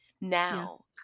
now